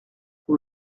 vous